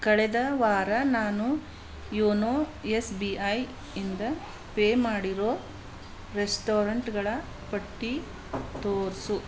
ಕಳೆದ ವಾರ ನಾನು ಯೋನೋ ಎಸ್ ಬಿ ಐ ಇಂದ ಪೇ ಮಾಡಿರೋ ರೆಸ್ಟೋರಂಟ್ಗಳ ಪಟ್ಟಿ ತೋರಿಸು